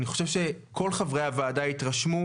אני חושב שכל חברי הוועדה התרשמו,